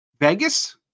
vegas